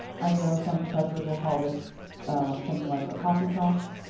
i know some professors will call this something like a coffee talk,